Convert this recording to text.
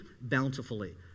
bountifully